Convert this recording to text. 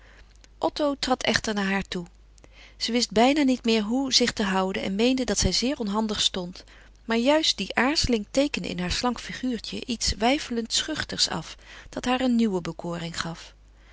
otto trad echter naar haar toe zij wist bijna niet meer hoe zich te houden en meende dat zij zeer onhandig stond maar juist die aarzeling teekende in haar slank figuurtje iets weifelend schuchters af dat haar een nieuwe bekoring gaf